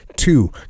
Two